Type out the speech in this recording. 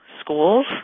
schools